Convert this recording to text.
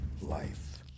life